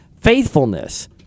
faithfulness